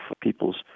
people's